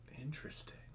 Interesting